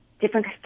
different